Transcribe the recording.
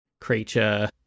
creature